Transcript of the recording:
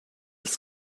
ils